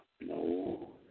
no